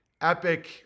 epic